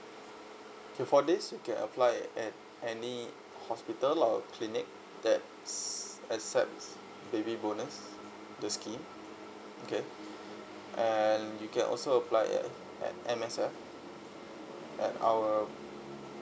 okay for this you can apply at any hospital or clinic that s~ accepts baby bonus the scheme okay and you can also apply at at M_S_F at our